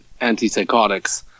antipsychotics